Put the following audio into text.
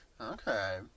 Okay